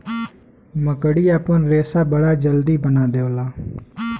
मकड़ी आपन रेशा बड़ा जल्दी बना देवला